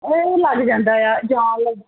ਲੱਗ ਜਾਂਦਾ ਆ ਜਾਮ